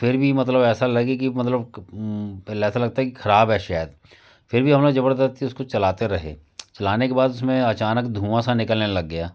फिर भी मतलब ऐसा लगे कि मतलब ऐसा लगता है कि ख़राब है शायद फिर भी हम ने ज़बरदस्ती उसको चलाते रहे चलाने के बाद उस में अचानक धुँआ सा निकलने लग गया